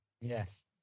Yes